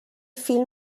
فیلم